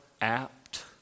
apt